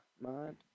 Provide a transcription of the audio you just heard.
mind